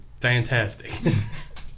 Fantastic